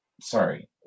Sorry